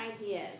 ideas